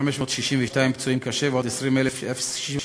1,562 פצועים קשה, ועוד 20,069